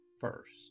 first